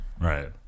right